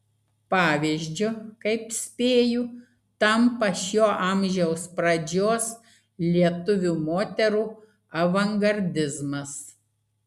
pavyzdžiu kaip spėju tampa šio amžiaus pradžios lietuvių moterų avangardizmas